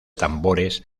tambores